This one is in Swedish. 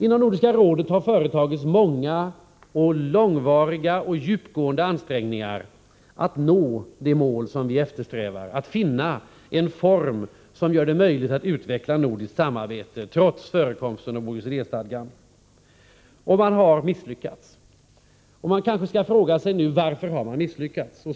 Inom Nordiska rådet har företagits många, långvariga och djupgående ansträngningar att nå det mål vi eftersträvar, att finna en form som gör det möjligt att utveckla nordiskt samarbete trots förekomsten av OECD stadgan. Man har misslyckats. Kanske bör man nu fråga sig varför det har misslyckats.